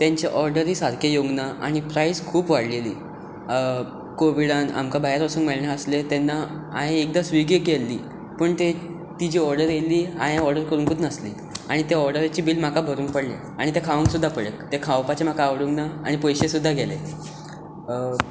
तेंचे ऑडरी सारके येवंक ना आनी प्रायस खूब वाडलेली कोविडान आमकां भायर वसूंक मेळनासलें तेन्ना हांवें एकदां स्विगी केल्ली पूण ते ती जी ऑडर येयल्ली हांवें ऑडर करुंकूच नासली आनी त्या ऑडरीचें बील म्हाका भरूंक पडलें आनी तें खावंक सुद्दा पडलें तें खावपाचें म्हाका आवडूंक ना आनी पयशे सुद्दा गेले